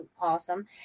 awesome